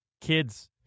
kids